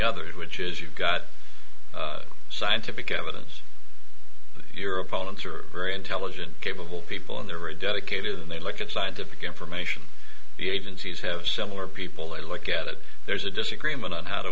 others which is you've got scientific evidence your opponents are very intelligent capable people in there are a dedicated they look at scientific information the agencies have similar people they look at it there's a disagreement on how to